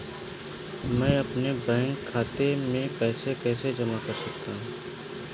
मैं अपने बैंक खाते में पैसे कैसे जमा कर सकता हूँ?